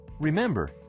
remember